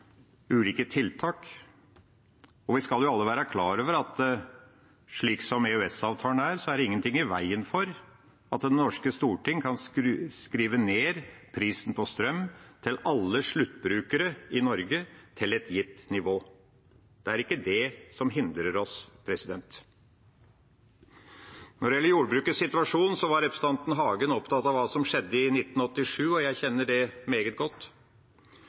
ulike tiltak. Vi skal alle være klar over at slik som EØS-avtalen er, er det ingenting i veien for at det norske storting kan skrive ned prisen på strøm til alle sluttbrukere i Norge til et gitt nivå. Det er ikke det som hindrer oss. Når det gjelder jordbrukets situasjon, var representanten Hagen opptatt av hva som skjedde i 1987, og jeg kjenner det meget godt.